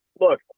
look